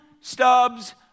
stubs